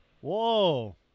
Whoa